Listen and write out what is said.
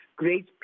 great